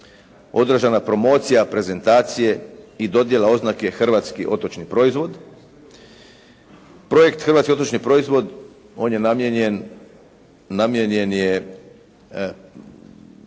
održana promocija prezentacije i dodjela oznake "Hrvatski otočni proizvod". Projekt "Hrvatski otočni proizvod" on je namijenjen poticanju